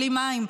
בלי מים,